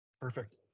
Perfect